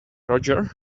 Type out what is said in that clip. roger